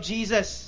Jesus